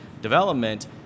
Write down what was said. development